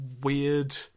weird